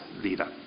leader